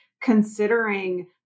considering